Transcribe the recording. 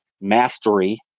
mastery